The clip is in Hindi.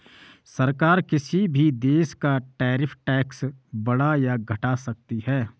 सरकार किसी भी देश पर टैरिफ टैक्स बढ़ा या घटा सकती है